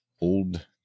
old